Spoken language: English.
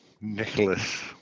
Nicholas